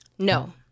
No